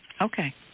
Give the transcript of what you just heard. Okay